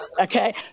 okay